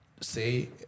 say